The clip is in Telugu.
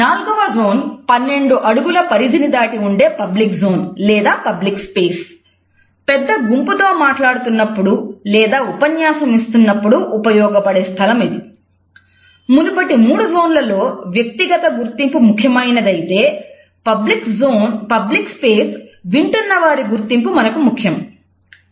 నాలుగవ జోన్ వింటున్న వారి గుర్తింపు మనకు ముఖ్యం కాదు